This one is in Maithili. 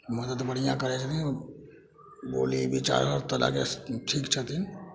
मदद बढ़िऑं करै छथिन बोली बिचार हर तरहके ठीक छथिन